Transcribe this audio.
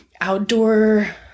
outdoor